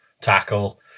tackle